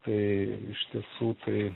tai iš tiesų tai